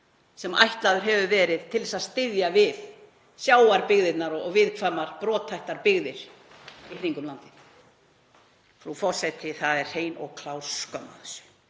sem ætlaður hefur verið til þess að styðja við sjávarbyggðirnar og viðkvæmar brothættar byggðir í kringum landið. Frú forseti. Það er hrein og klár skömm